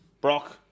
Brock